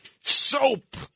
soap